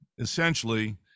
essentially